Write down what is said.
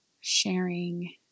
sharing